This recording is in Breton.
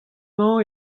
mañ